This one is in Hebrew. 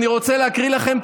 אני רוצה להקריא לכם,